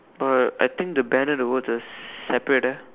uh I think the banner and the words are separate ah